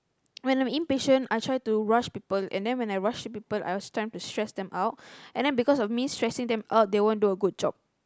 when I'm impatient I try to rush people and then when I rush people I will tend to stress them out and then because me stressing them out they won't do a good job